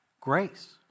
grace